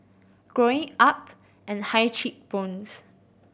growing up and high cheek bones